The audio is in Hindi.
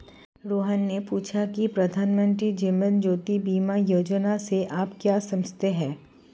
रोहन ने पूछा की प्रधानमंत्री जीवन ज्योति बीमा योजना से आप क्या समझते हैं?